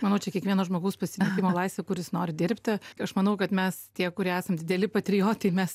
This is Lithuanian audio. manau čia kiekvieno žmogaus pasirinkimo laisvė kur jis nori dirbti aš manau kad mes tie kurie esam dideli patriotai mes